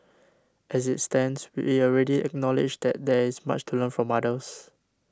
as it stands we will already acknowledge that there is much to learn from others